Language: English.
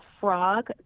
frog